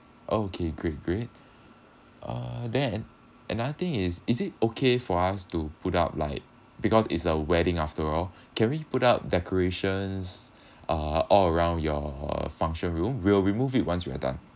okay great great uh there and another thing is is it okay for us to put up like because it's a wedding after all can we put up decorations uh all around your function room we'll remove it once we are done